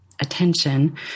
attention